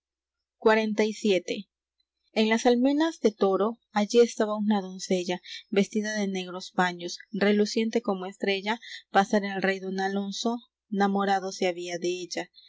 xlvii en las almenas de toro allí estaba una doncella vestida de negros paños reluciente como estrella pasara el rey don alonso namorado se había della